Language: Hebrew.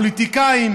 פוליטיקאים,